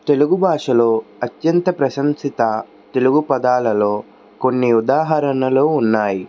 తెలుగు భాషలో అత్యంత ప్రశంసిత తెలుగు పదాలలో కొన్ని ఉదాహరణలు ఉన్నాయి